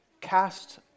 cast